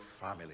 family